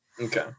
Okay